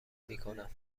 میکنم